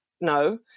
no